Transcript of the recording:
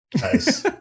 Nice